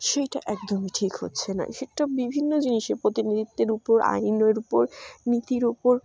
সেইটা একদমই ঠিক হচ্ছে না সেটা বিভিন্ন জিনিসে প্রতিনিধিত্বের উপর আইনের উপর নীতির উপর